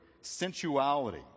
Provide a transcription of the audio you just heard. sensuality